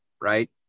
right